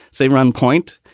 say run point.